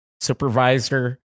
supervisor